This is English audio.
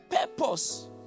Purpose